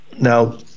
Now